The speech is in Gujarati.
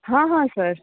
હા હા સર